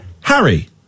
Harry